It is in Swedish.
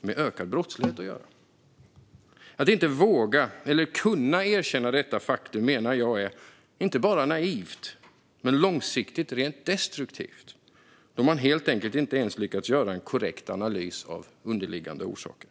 med ökad brottslighet att göra. Att inte våga eller kunna erkänna detta faktum menar jag inte bara är naivt utan långsiktigt rent destruktivt. Man har helt enkelt inte ens lyckats göra en korrekt analys av underliggande orsaker.